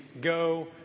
go